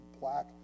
black